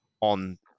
on